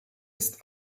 ist